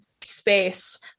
space